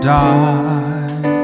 die